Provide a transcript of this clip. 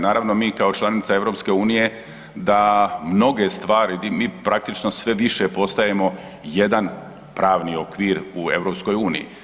Naravno, mi kao članica da mnoge stvari mi praktično sve više postajemo jedan pravni okvir u EU.